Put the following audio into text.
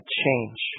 change